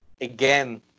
again